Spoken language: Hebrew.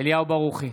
אליהו ברוכי,